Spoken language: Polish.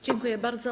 Dziękuję bardzo.